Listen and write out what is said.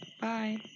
bye